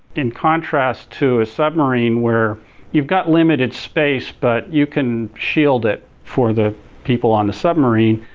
in contrast to a submarine where you've got limited space but you can shield it for the people on the submarine,